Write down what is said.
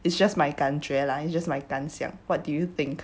it's just my 感觉 lah it's just my 感想 what do you think